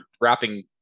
wrapping